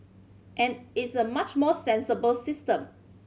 and it's a much more sensible system